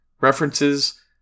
references